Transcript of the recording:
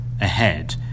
ahead